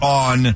on